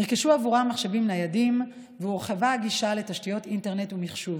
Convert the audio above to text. נרכשו עבורם מחשבים ניידים והורחבה הגישה לתשתיות אינטרנט ומחשוב.